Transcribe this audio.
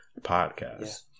podcast